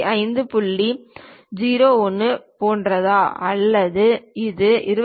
01 போன்றதா அல்லது இது 25